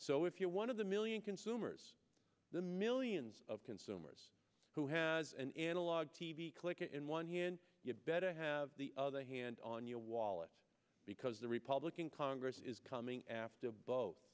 so if you're one of the million consumers the millions of consumers who has an analog t v click in one hand you better have the other hand on your wallet because the republican congress is coming after